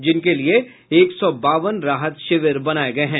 जिनके लिए एक सौ बावन राहत शिविर बनाये गये हैं